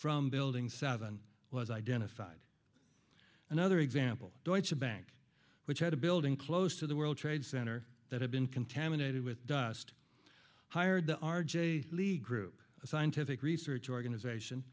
from building seven was identified another example deutsche bank which had a building close to the world trade center that had been contaminated with dust hired the r j lee group a scientific research organization